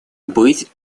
быть